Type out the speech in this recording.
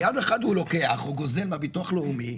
ביד אחת הוא גוזל מהביטוח הלאומי,